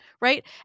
right